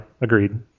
agreed